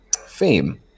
Fame